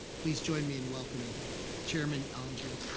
please join me in welcoming chairman alan